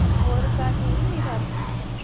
होर घर ठीक नी सारे